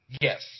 Yes